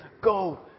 go